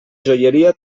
joieria